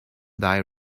thy